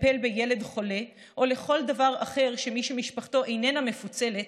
לטפל בילד חולה או כל דבר אחר שמי שמשפחתו איננה מפוצלת